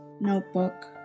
notebook